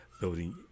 building